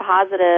positive